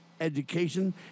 education